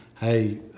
hey